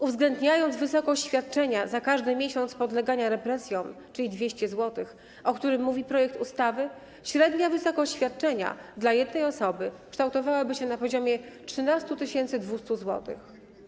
Uwzględniając wysokość świadczenia - za każdy miesiąc podlegania represjom - czyli 200 zł, o którym mówi projekt ustawy, średnia wysokość świadczenia dla jednej osoby kształtowałaby się na poziomie 13 200 zł.